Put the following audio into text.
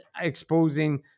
exposing